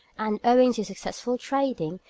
and, owing to successful trading,